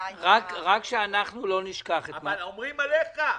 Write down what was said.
--- רק שאנחנו לא נשכח --- אבל אומרים עליך,